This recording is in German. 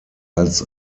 als